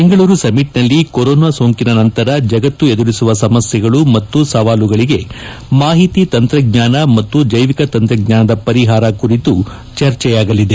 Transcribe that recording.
ಬೆಂಗಳೂರು ಸಮಿಟ್ನಲ್ಲಿ ಕೊರೊನಾ ಸೋಂಕಿನ ನಂತರ ಜಗತ್ತು ಎದುರಿಸುವ ಸಮಸ್ಥೆಗಳು ಮತ್ತು ಸವಾಲುಗಳಿಗೆ ಮಾಹಿತಿ ತಂತ್ರಜ್ಞಾನ ಮತ್ತು ಜೈವಿಕ ತಂತ್ರಜ್ಞಾನದ ಪರಿಹಾರ ವಿಷಯದ ಕುರಿತು ಚರ್ಚೆಯಾಗಲಿದೆ